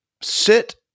sit